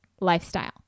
lifestyle